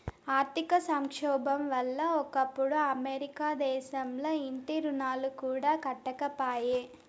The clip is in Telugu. ఆర్థిక సంక్షోబం వల్ల ఒకప్పుడు అమెరికా దేశంల ఇంటి రుణాలు కూడా కట్టకపాయే